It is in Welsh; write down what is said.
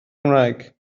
cymraeg